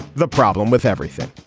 the problem with everything